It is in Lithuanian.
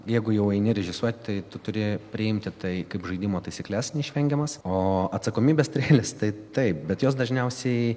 jeigu jau eini režisuot tai tu turi priimti tai kaip žaidimo taisykles neišvengiamas o atsakomybės strėlės tai taip bet jos dažniausiai